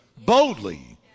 boldly